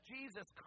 Jesus